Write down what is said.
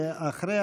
ואחריה,